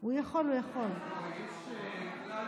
הוא לא יכול, הוא יכול, הוא יכול.